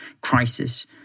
crisis